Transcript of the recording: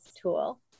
tool